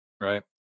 right